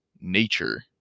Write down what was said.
nature